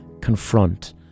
confront